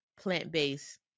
plant-based